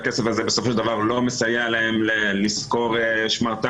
והכסף הזה בסופו של דבר לא מסייע להם לשכור שמרטף